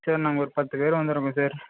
sir நாங்கள் ஒரு பத்து பேர் வந்திருக்கோம் சார்